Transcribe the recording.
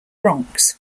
bronx